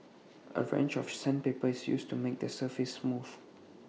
A range of sandpaper is used to make the surface smooth